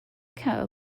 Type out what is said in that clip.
cow